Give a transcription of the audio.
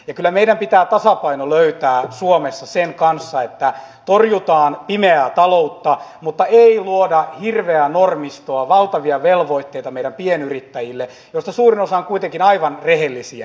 kyllä meidän pitää tasapaino löytää suomessa sen kanssa että torjutaan pimeää taloutta mutta ei luoda hirveää normistoa valtavia velvoitteita meidän pienyrittäjillemme joista suurin osa on kuitenkin aivan rehellisiä